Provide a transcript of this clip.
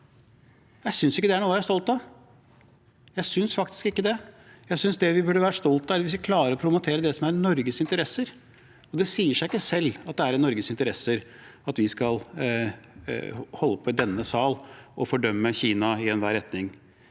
Jeg synes ikke det er noe å være stolt av. Jeg synes faktisk ikke det. Jeg synes det vi burde være stolt av, er om vi klarer å promotere det som er Norges interesser, og det sier seg ikke selv at det er i Norges interesser at vi skal holde på i denne sal med å fordømme Kina i enhver retning.